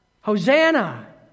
Hosanna